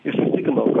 įsitikinau kad